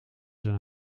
zijn